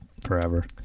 forever